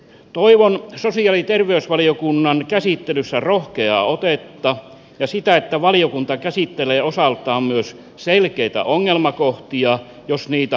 toivon sosiaali ja terveysvaliokunnan käsittelyssä rohkeaa otetta ja sitä että valiokunta käsittelee osaltaan myös selkeitä ongelmakohtia jos niitä havaitsee